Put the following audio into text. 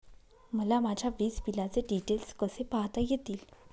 मला माझ्या वीजबिलाचे डिटेल्स कसे पाहता येतील?